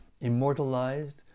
immortalized